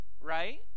right